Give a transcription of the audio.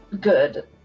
good